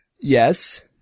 Yes